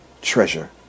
treasure